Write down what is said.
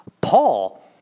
Paul